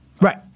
right